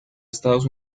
estados